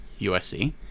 USC